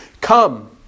Come